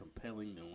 compelling